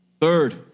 Third